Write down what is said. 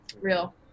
real